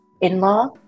in-law